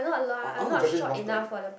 I I want the Japanese bath tub